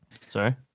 Sorry